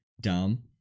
dumb